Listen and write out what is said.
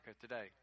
today